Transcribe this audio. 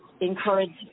encourage